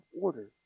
order